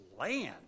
land